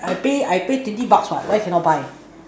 I pay I pay twenty bucks what why cannot buy